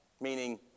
meaning